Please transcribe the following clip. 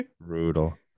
Brutal